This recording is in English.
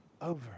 over